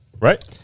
right